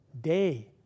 day